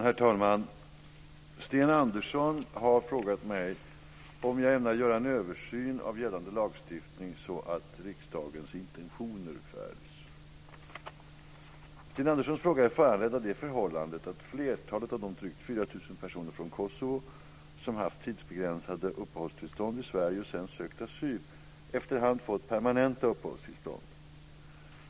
Herr talman! Sten Andersson har frågat mig om jag ämnar göra en översyn av gällande lagstiftning så att riksdagens intentioner följs. Sten Anderssons fråga är föranledd av det förhållandet att flertalet av de drygt 4 000 personer från Sverige och sedan sökt asyl efterhand fått permanenta uppehållstillstånd.